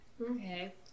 Okay